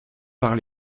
par